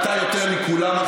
אתה יותר מכולם,